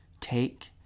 take